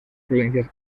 provincias